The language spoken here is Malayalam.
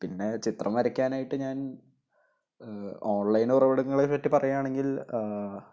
പിന്നെ ചിത്രം വരയ്ക്കാനായിട്ട് ഞാൻ ഓൺലൈൻ ഉറവിടങ്ങളെപ്പറ്റി പറയുകയാണെങ്കിൽ